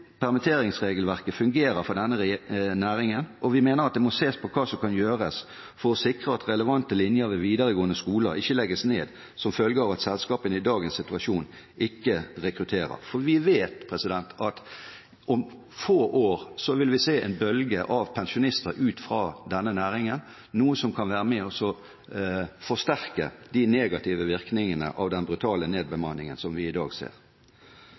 permitteringsregelverket fungerer for denne næringen, og vi mener at det må ses på hva som kan gjøres for å sikre at relevante linjer ved videregående skoler ikke legges ned som følge av at selskapene i dagens situasjon ikke rekrutterer. Vi vet at vi om få år vil se en bølge av pensjonister ut fra denne næringen, noe som kan være med på å forsterke de negative virkningene av den brutale nedbemanningen vi ser i dag.